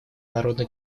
народно